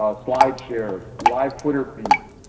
ah slide share, live twitter feeds.